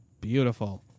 beautiful